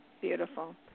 Beautiful